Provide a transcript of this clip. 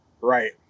Right